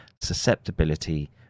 susceptibility